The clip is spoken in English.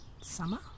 summer